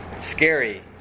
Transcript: scary